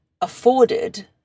afforded